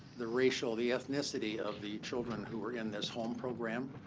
the racial, the ethnicity of the children who were in this home program?